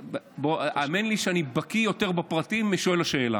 האמן לי שאני בקי יותר בפרטים משואל השאלה.